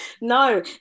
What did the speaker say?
No